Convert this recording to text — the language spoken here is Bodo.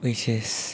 S S